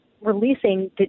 releasing